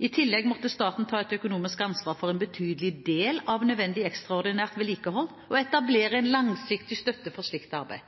I tillegg måtte staten ta et økonomisk ansvar for en betydelig del av nødvendig ekstraordinært vedlikehold og etablere en langsiktig støtte for slikt arbeid.